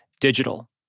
digital